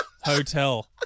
Hotel